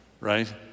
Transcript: right